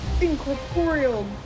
incorporeal